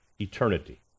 eternity